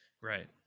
Right